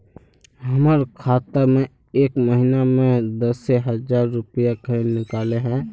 हमर खाता में एक महीना में दसे हजार रुपया काहे निकले है?